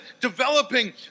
developing